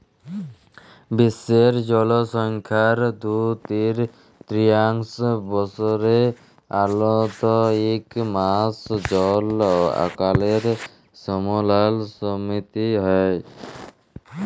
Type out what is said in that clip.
বিশ্বের জলসংখ্যার দু তিরতীয়াংশ বসরে অল্তত ইক মাস জল আকালের সামলাসামলি হ্যয়